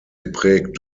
geprägt